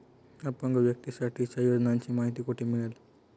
अपंग व्यक्तीसाठीच्या योजनांची माहिती कुठे मिळेल?